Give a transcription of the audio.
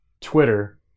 Twitter